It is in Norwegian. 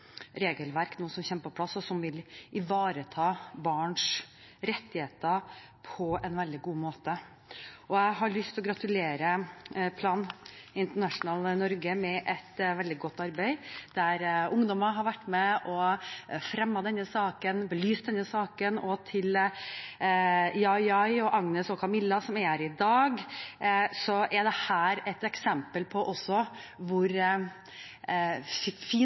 som nå kommer på plass, og som vil ivareta barns rettigheter på en veldig god måte. Jeg har lyst til å gratulere Plan International Norge med et veldig godt arbeid, der ungdommer har vært med og fremmet og belyst denne saken. Og til Jayjay, Agnes og Kamilla som er her i dag: Dette er også et eksempel på hvor